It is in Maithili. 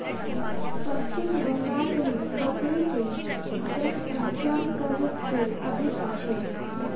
पश्चिम बंगाल मे बकरी के जनसँख्या सभ से अधिक अछि